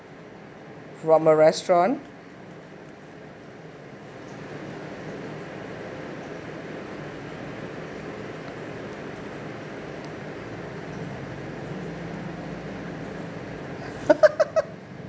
from a restaurant